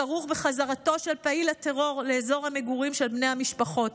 הכרוך בחזרתו של פעיל הטרור לאזור המגורים של בני המשפחות.